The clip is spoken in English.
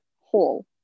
hole